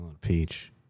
peach